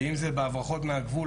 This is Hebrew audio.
ואם זה בהברחות מהגבול.